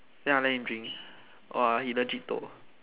then I let him drink !wah! he legit toh